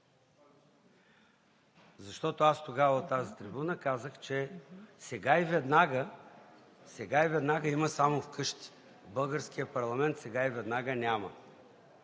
Защото тогава от тази трибуна казах, че „сега и веднага“ има само вкъщи. В българския парламент „сега и веднага“ няма.